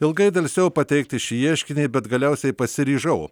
ilgai delsiau pateikti šį ieškinį bet galiausiai pasiryžau